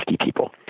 people